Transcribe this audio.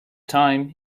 time